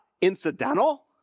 incidental